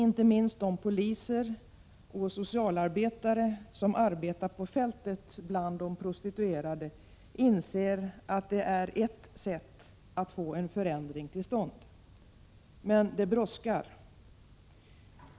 Inte minst de poliser och socialarbetare som arbetar på fältet bland de prostituerade inser att det är ett sätt att få en förändring till stånd. Men det brådskar.